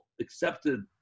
accepted